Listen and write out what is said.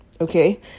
okay